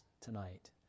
tonight